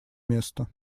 место